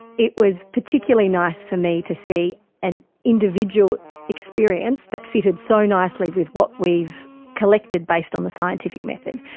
it was particularly nice for me to see an individual experience that fitted so nicely with what we've collected based on the scientific method.